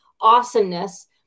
awesomeness